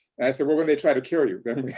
and i said, well, when they try to kill you.